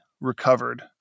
recovered